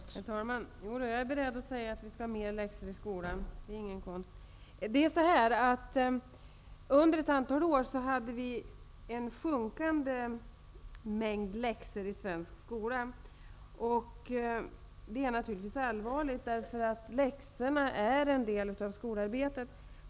Herr talman! Jag är beredd att säga att vi skall ha mer läxor i skolan. Det är ingen konst. Under ett antal år minskade mängden läxor i svensk skola. Det är naturligtvis allvarligt, eftersom läxorna är en del av skolarbetet.